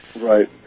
Right